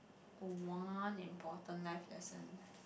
one important life lesson